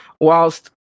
whilst